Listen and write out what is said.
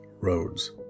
roads